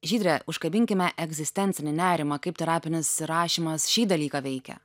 žydre užkabinkime egzistencinį nerimą kaip terapinis rašymas šį dalyką veikia